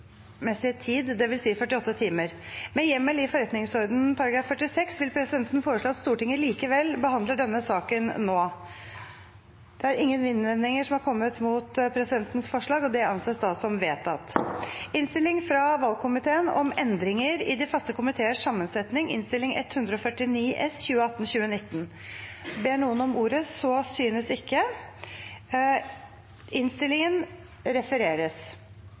reglementsbestemte tid, dvs. 48 timer. Med hjemmel i forretningsordenens § 46 vil presidenten foreslå at Stortinget likevel behandler denne saken nå. Ingen innvendinger er kommet mot presidentens forslag. – Det anses vedtatt. Ingen har bedt om ordet